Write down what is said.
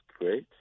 great